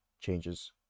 changes